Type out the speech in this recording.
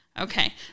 okay